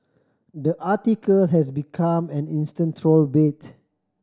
the article has become an instant troll bait